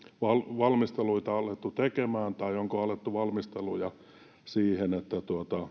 valmistelua alettu tekemään tai onko alettu valmisteluja siihen että